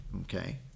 okay